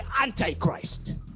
Antichrist